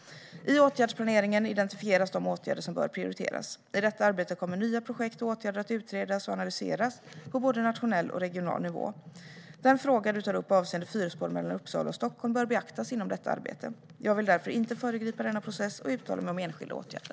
I åtgärdsplaneringen identifieras de åtgärder som bör prioriteras. I detta arbete kommer nya projekt och åtgärder att utredas och analyseras på både nationell och regional nivå. Den fråga Mikael Oscarsson tar upp avseende fyrspår mellan Uppsala och Stockholm bör beaktas inom detta arbete. Jag vill därför inte föregripa denna process och uttala mig om enskilda åtgärder.